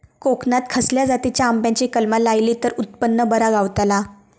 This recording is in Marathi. कोकणात खसल्या जातीच्या आंब्याची कलमा लायली तर उत्पन बरा गावताला?